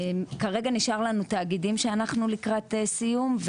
כרגע נשארו לנו תאגידים שאנחנו לקראת הסיום,